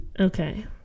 Okay